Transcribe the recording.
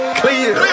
clear